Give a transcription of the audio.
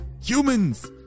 Humans